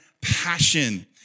Passion